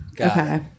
Okay